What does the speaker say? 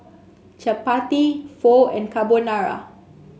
Chapati Pho and Carbonara